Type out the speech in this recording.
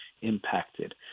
impacted